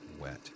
wet